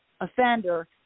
offender